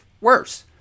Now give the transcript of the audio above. Worse